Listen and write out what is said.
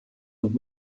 und